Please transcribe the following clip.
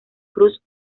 cruz